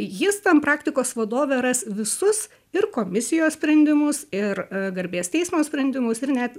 jis ten praktikos vadove ras visus ir komisijos sprendimus ir garbės teismo sprendimus ir net